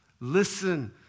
Listen